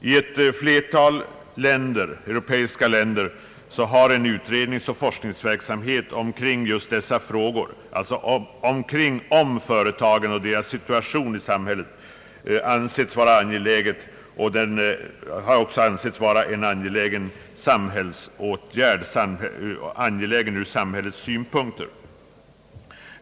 I ett flertal europeiska länder har en utredningsoch forskningsverksamhet kring företagen och deras situation i samhället ansetts vara angelägen — även ur samhällets synpunkt.